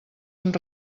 amb